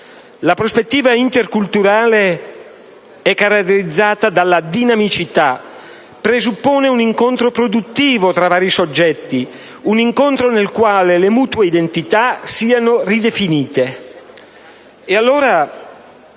La prospettiva interculturale è caratterizzata dalla dinamicità, presuppone un incontro produttivo tra vari soggetti, un incontro nel quale le mutue identità siano ridefinite.